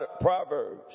Proverbs